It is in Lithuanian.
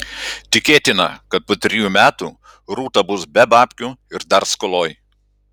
tikėtina kad po trijų metų rūta bus be babkių ir dar skoloj